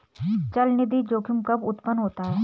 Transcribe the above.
चलनिधि जोखिम कब उत्पन्न होता है?